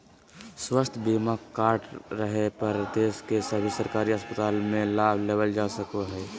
स्वास्थ्य बीमा कार्ड रहे पर देश के सभे सरकारी अस्पताल मे लाभ लेबल जा सको हय